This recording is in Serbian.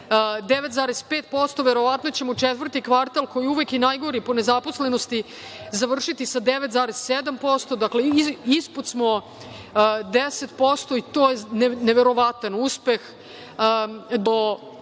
9,5%. Verovatno ćemo četvrti kvartal, koji je uvek i najgori po nezaposlenosti završiti sa 9,7%. Dakle, ispod smo 10% i to je neverovatan uspeh.U